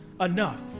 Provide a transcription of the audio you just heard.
enough